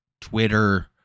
Twitter